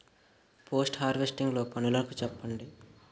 Post harvesting లో పనులను చెప్పండి?